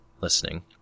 listening